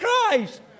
Christ